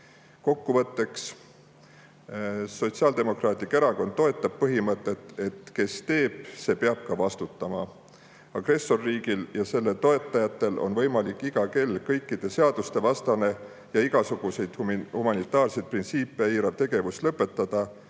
Kokkuvõtteks. Sotsiaaldemokraatlik Erakond toetab põhimõtet, et kes teeb, see peab ka vastutama. Agressorriigil ja selle toetajatel on võimalik iga kell kõikide seaduste vastane ja igasuguseid humanitaarseid printsiipe eirav tegevus lõpetada